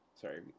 sorry